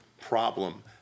problem